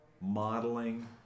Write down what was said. modeling